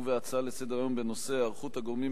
ובהצעות לסדר-היום בנושא: היערכות הגורמים